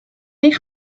eich